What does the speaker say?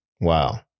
Wow